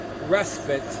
respite